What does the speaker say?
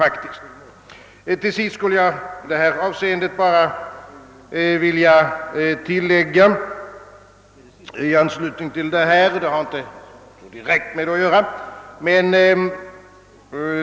I anslutning till detta skulle jag vilja tillägga ytterligare en sak, som kanske inte riktigt har med denna fråga att göra.